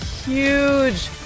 huge